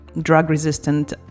drug-resistant